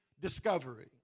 Discovery